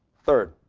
third,